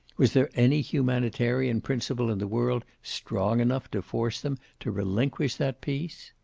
was there any humanitarian principle in the world strong enough to force them to relinquish that peace?